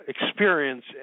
experience